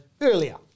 earlier